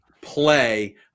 play